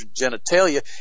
genitalia